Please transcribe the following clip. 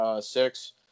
six